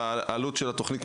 והעלות של התוכנית,